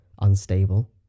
unstable